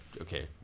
okay